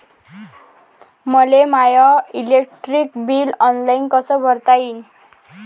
मले my electric bill online कस भरता येईन?